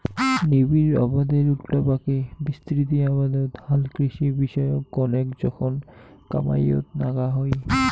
নিবিড় আবাদের উল্টাপাকে বিস্তৃত আবাদত হালকৃষি বিষয়ক কণেক জোখন কামাইয়ত নাগা হই